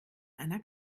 einer